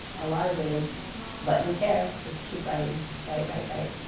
a lot of it is butt in chair, just keep writing write, write, write.